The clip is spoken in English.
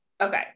Okay